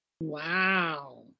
Wow